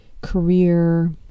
career